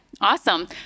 Awesome